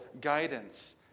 guidance